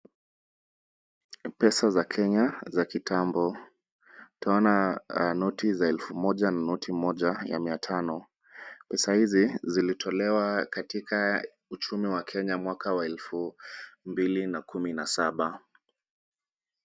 Pesa za kenya za kitambo. Tunaona noti za elfu moja na noti moja ya miatano. Pesa hizi zilitolewa katika uchumi wa kenya mwaka wa elfu mbili na kumi na saba.